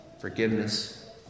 forgiveness